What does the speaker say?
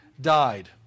died